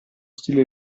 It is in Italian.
stile